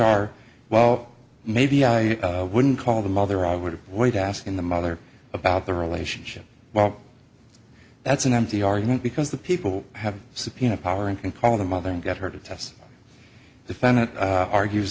are well maybe i wouldn't call the mother i would avoid asking the mother about the relationship well that's an empty argument because the people have subpoena power and can call the mother and get her to test defendant argues